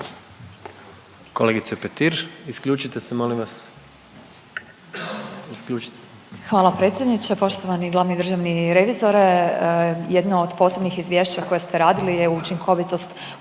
Kolegice Petir. **Petir, Marijana (Nezavisni)** Hvala predsjedniče. Poštovani glavni državni revizore. Jedno od posljednjih izvješća koje ste radili je učinkovitost upravljanja